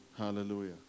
Hallelujah